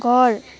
घर